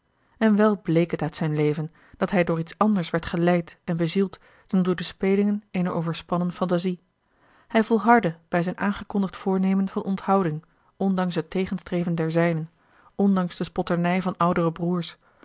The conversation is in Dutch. en wel bleek het uit zijn leven dat hij door iets anders werd geleid en bezield dan door de spelingen eener overspannen phantasie hij volhardde bij zijn aangekondigd voornemen van onthouding ondanks het tegenstreven der zijnen ondanks de spotternij van oudere broêrs